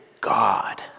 God